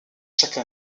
chaque